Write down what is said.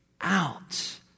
out